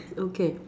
okay